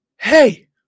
Hey